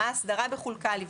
מה האסדרה קל לבדוק.